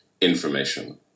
information